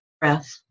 breath